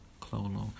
clolo